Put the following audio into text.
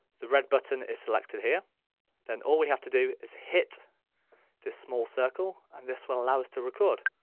the red button is selected here then all we have to do is hit this small circle and this will allow us to record.